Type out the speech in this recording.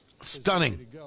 Stunning